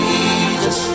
Jesus